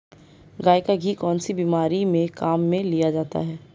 गाय का घी कौनसी बीमारी में काम में लिया जाता है?